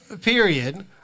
period